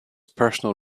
personal